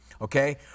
okay